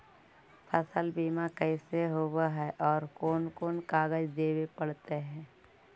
फसल बिमा कैसे होब है और कोन कोन कागज देबे पड़तै है?